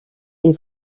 est